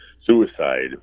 suicide